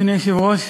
אדוני היושב-ראש,